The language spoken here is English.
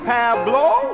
Pablo